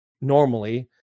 normally